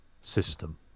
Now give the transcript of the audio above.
system